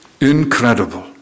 Incredible